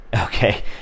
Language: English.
Okay